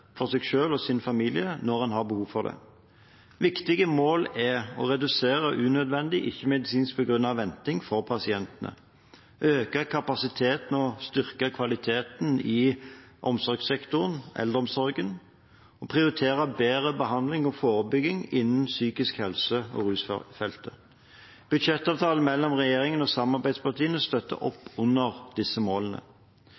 for seg selv og sin familie når en har behov for det. Viktige mål er å redusere unødvendig og ikke-medisinsk begrunnet venting for pasientene øke kapasiteten og styrke kvaliteten i omsorgssektoren, i eldreomsorgen prioritere bedre behandling og forebygging innen psykisk helse- og rusfeltet Budsjettavtalen mellom regjeringen og samarbeidspartiene støtter